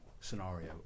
scenario